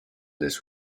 this